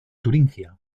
turingia